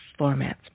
formats